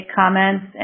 comments